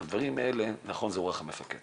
הדברים האלה, נכון, זה רוח המפקד